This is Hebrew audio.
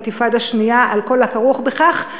אינתיפאדה שנייה על כל הכרוך בכך,